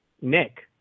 Nick